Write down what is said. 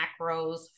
Macros